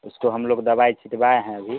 उसको हम लोग दवाई छिटवाए हैं अभी